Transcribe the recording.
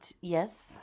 yes